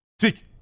Speak